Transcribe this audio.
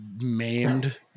maimed